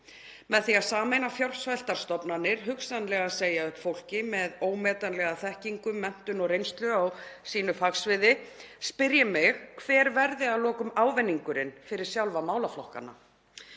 Með því að sameina fjársveltar stofnanir, hugsanlega að segja upp fólki með ómetanlega þekkingu, menntun og reynslu á sínu fagsviði, spyr ég mig hver verði að lokum ávinningurinn fyrir sjálfa málaflokkana.